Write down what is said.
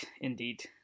indeed